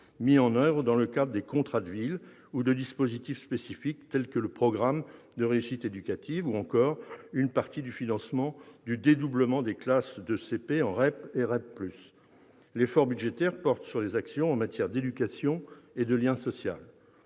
mis en oeuvre dans le cadre des contrats de ville ou de dispositifs spécifiques tels que le programme de réussite éducative, ou encore une partie du financement du dédoublement des classes de CP en REP et REP +. L'effort budgétaire porte sur les actions en matière d'éducation et de lien social.